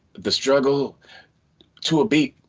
the struggle to beat